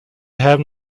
have